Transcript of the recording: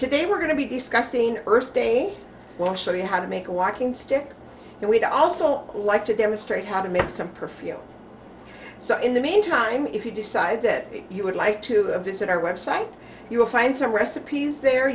today we're going to be discussing earth day will show you how to make a walking stick and we'd also like to demonstrate how to make some perfume so in the meantime if you decide that you would like to visit our website you will find some recipes there